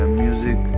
music